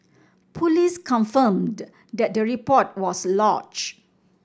police confirmed that the report was lodged